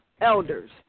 elders